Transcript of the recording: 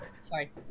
sorry